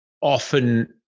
often